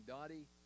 Dottie